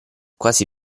quasi